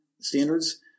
standards